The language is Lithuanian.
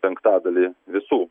penktadalį visų